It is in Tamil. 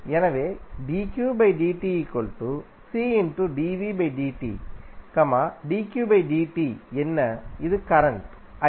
எனவே என்ன இது கரண்ட் I